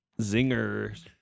zinger